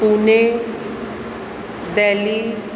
Pune Delhi